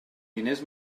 diners